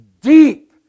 deep